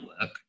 work